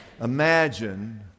Imagine